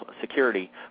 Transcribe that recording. security